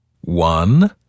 one